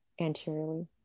anteriorly